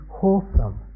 wholesome